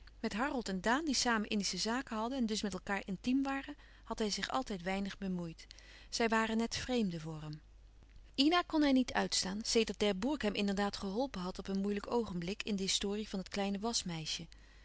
met harold en daan die samen indische zaken hadden en dus met elkaâr intiem waren had hij zich altijd weinig bemoeid zij waren net vreemden voor hem ina kon hij niet uitstaan sedert d'herbourg hem inderdaad geholpen had op een moeilijk oogenblik in de historie van het kleine